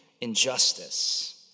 injustice